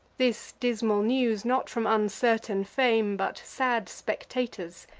this dismal news, not from uncertain fame, but sad spectators,